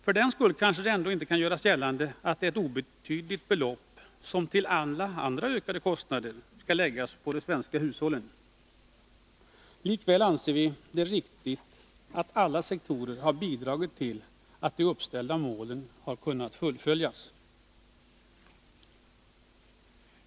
För den skull kanske det ändå inte kan göras gällande att det är ett obetydligt belopp som till andra ökade kostnader skall läggas på de svenska hushållen. Likväl anser vi det riktigt att alla sektorer har bidragit till att de uppställda målen har kunnat fullföljas.